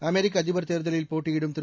அமெரிக்க அதிபர் தேர்தலில் போட்டியிடும் திரு